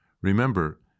Remember